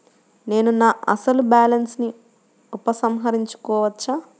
నేను నా అసలు బాలన్స్ ని ఉపసంహరించుకోవచ్చా?